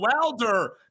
welder